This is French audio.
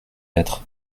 être